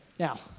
Now